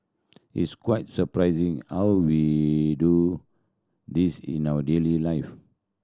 it's quite surprising how we do this in our daily life